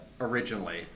originally